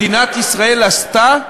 מדינת ישראל עשתה,